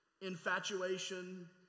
infatuation